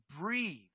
breathe